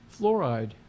fluoride